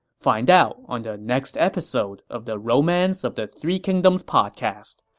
find out on the next episode of the romance of the three kingdoms podcast.